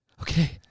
okay